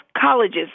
colleges